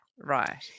Right